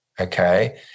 okay